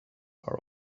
are